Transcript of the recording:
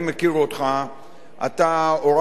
אתה אוראטור רציני,